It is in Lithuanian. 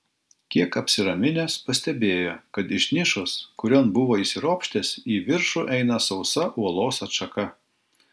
kiek apsiraminęs pastebėjo kad iš nišos kurion buvo įsiropštęs į viršų eina sausa uolos atšaka